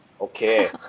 Okay